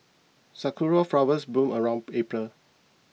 sakura flowers bloom around April